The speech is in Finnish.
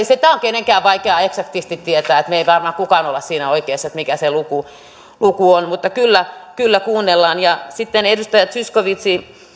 sitä on kenenkään vaikea eksaktisti tietää meistä ei varmaan kukaan ole siinä oikeassa mikä se luku luku on mutta kyllä kyllä kuunnellaan ja sitten edustaja zyskowicz